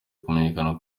kumenyekana